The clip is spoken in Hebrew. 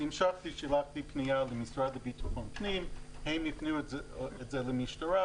המשכתי ושלחתי פנייה למשרד הפנים והם הפנו את זה למשטרה.